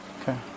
Okay